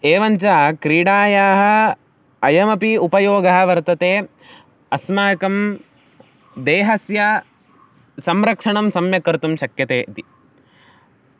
एवञ्च क्रीडायाः अयमपि उपयोगः वर्तते अस्माकं देहस्य संरक्षणं सम्यक् कर्तुं शक्यते इति